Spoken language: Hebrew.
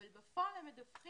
אבל בפועל הם מדווחים